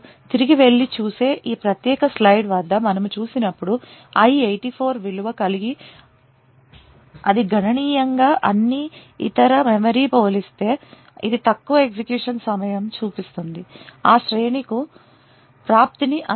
మీరు తిరిగి వెళ్లి చూసే ఈ ప్రత్యేక స్లయిడ్ వద్ద మనము చూసినప్పుడు i 84 విలువ కలిగి అదిగణనీయంగా అన్ని ఇతర మెమరీ పోలిస్తే ఇది తక్కువ ఎగ్జిక్యూషన్ సమయం చూపిస్తుంది ఆ శ్రేణి కు ప్రాప్తిని